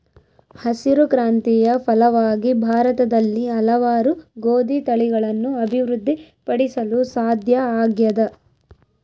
ಹಸಿರು ಕ್ರಾಂತಿಯ ಫಲವಾಗಿ ಭಾರತದಲ್ಲಿ ಹಲವಾರು ಗೋದಿ ತಳಿಗಳನ್ನು ಅಭಿವೃದ್ಧಿ ಪಡಿಸಲು ಸಾಧ್ಯ ಆಗ್ಯದ